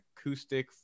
acoustic